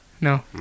No